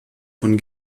von